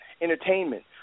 entertainment